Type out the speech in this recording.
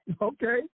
Okay